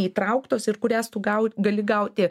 įtrauktos ir kurias tu gau gali gauti